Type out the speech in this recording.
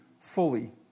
fully